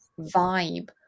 vibe